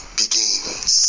begins